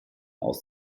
aus